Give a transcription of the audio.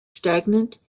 stagnant